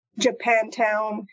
Japantown